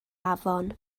afon